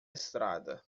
estrada